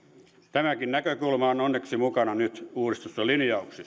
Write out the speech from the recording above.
tämäkin näkökulma on onneksi mukana nyt uudistetuissa linjauksissa